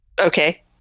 Okay